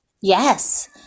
yes